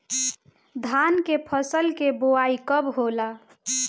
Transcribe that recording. धान के फ़सल के बोआई कब होला?